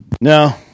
No